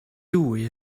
dwy